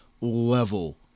level